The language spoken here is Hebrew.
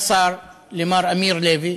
לשר, למר אמיר לוי,